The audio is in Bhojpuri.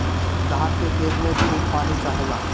धान के खेत में खूब पानी चाहेला